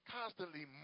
constantly